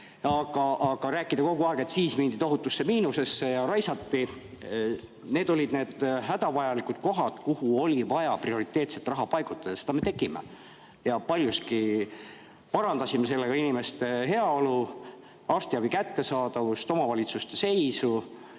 rääkida kogu aeg, et siis mindi tohutusse miinusesse ja raisati. Need olid hädavajalikud kohad, kuhu oli vaja prioriteetselt raha paigutada. Seda me tegime. Ja paljuski parandasime sellega inimeste heaolu, arstiabi kättesaadavust, omavalitsuste seisu,